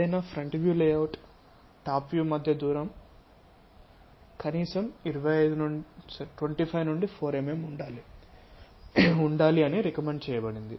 ఏదైనా front view layout top view మధ్య దూరం కనీసం 25 నుండి 4 mm ఉండాలి అని రికమెండ్ చేయబడింది